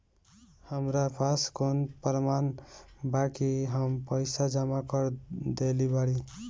हमरा पास कौन प्रमाण बा कि हम पईसा जमा कर देली बारी?